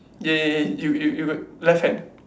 yeah yeah yeah you you got left hand